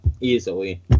easily